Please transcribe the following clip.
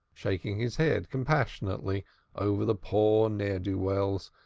shaking his head compassionately over the poor ne'er do wells,